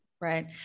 Right